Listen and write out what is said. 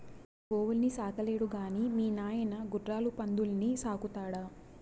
గోవుల్ని సాకలేడు గాని మీ నాయన గుర్రాలు పందుల్ని సాకుతాడా